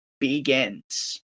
begins